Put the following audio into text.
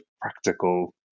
practical